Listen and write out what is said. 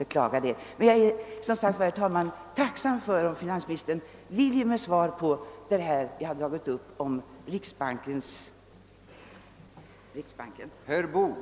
Jag skulle, som sagt, vara tacksam om finansministern ville svara på min fråga beträffande riksbankens regressrätt.